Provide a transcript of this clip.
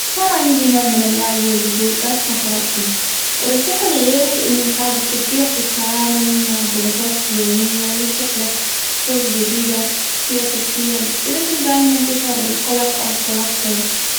صار عندي نوع من الوعي، والهدوء بعد ما قرأته. أرشحه لغيري، لأنه يساعدك كثير في التعامل مع الضغوطات اليومية، ويفتح لك طرق جديدة في التفكير. إذا كنت دائمًا تشعر بالقلق، أو التوتر.